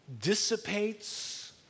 dissipates